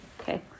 Okay